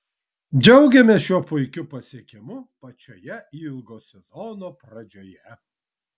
džiaugiamės šiuo puikiu pasiekimu pačioje ilgo sezono pradžioje